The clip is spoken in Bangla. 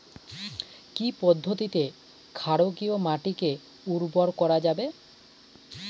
কি পদ্ধতিতে ক্ষারকীয় মাটিকে উর্বর করা যাবে?